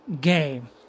game